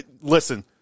listen